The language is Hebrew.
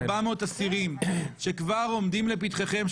אסירים שכבר עומדים לפתחיכם,